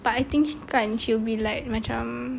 but I think kan she'll be like macam